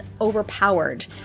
overpowered